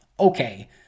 okay